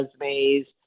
resumes